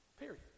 Period